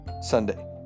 Sunday